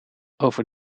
over